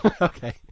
Okay